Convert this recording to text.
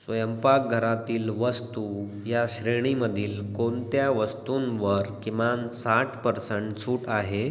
स्वयंपाकघरातील वस्तू या श्रेणीमधील कोणत्या वस्तूंवर किमान साठ पर्संट सूट आहे